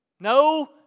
No